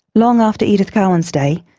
long after edith cowan's day,